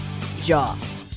jaw